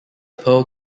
pearl